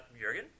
Jurgen